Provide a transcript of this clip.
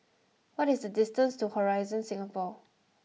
what is the distance to Horizon Singapore